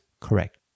correct